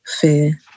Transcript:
fear